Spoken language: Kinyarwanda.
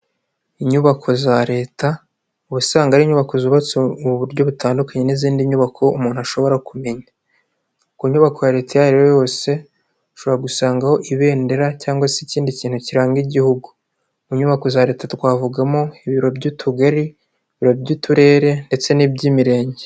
Inyubako za leta ubu usanga ari inyubako zubatswe mu buryo butandukanye n'izindi nyubako umuntu ashobora kumenya. Ku nyubako ya leta iyo ari yo yose ushobora gusangaho ibendera cyangwa se ikindi kintu kiranga igihugu. Mu nyubako za leta twavugamo ibiro by'utugari, ibiro by'uturere ndetse n'iby'imirenge.